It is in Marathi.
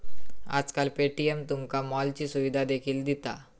आजकाल पे.टी.एम तुमका मॉलची सुविधा देखील दिता